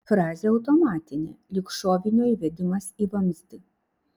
frazė automatinė lyg šovinio įvedimas į vamzdį